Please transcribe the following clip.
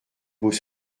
beaux